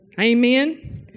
Amen